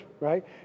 right